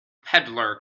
peddler